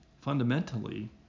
Fundamentally